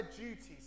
duties